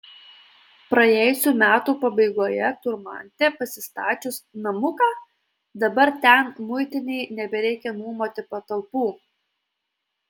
praėjusių metų pabaigoje turmante pasistačius namuką dabar ten muitinei nebereikia nuomoti patalpų